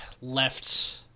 left